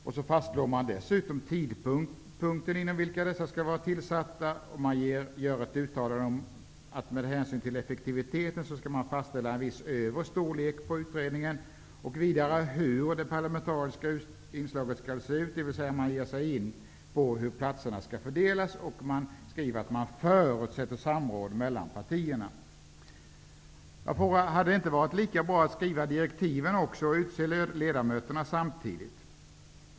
Man fastslår dessutom en tidpunkt när dessa skall ha tillsatts och gör ett uttalande om att det med hänsyn till effektiviteten skall fastställas en viss övre storlek på utredningen. Man anger vidare hur det parlamentariska inslaget skall se ut, dvs. ger sig in på hur platserna skall fördelas. Dessutom skriver man att man förutsätter samråd mellan partierna. Hade det inte varit lika bra att samtidigt också skriva direktiven och utse ledamöterna? Fru talman!